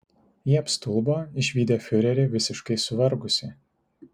jie apstulbo išvydę fiurerį visiškai suvargusį